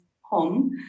home